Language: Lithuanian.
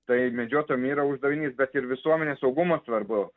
tai medžiotojam yra uždavinys bet ir visuomenės saugumas svarbu